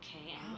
okay